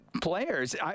players